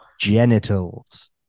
Genitals